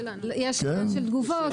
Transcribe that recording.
אצלנו יש עניין של תגובות,